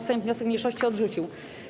Sejm wniosek mniejszości odrzucił.